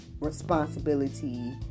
responsibility